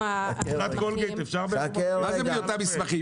מסמכים --- מה זה בלי אותם מסמכים?